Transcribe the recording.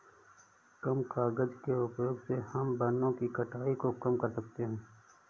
कम कागज़ के उपयोग से हम वनो की कटाई को कम कर सकते है